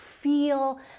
feel